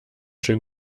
schön